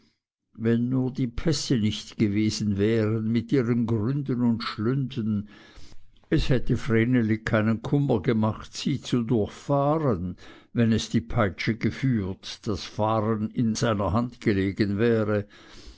wenn nur die pässe nicht gewesen wären mit ihren gründen und schlünden es hätte vreneli keinen kummer gemacht sie zu durchfahren wenn es die peitsche geführt das fahren in seiner hand gelegen wäre